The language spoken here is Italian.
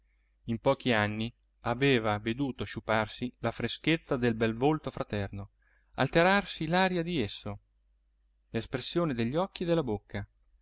in pochi anni aveva veduto sciuparsi la freschezza del bel volto fraterno alterarsi l'aria di esso l'espressione degli occhi e della bocca